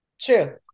True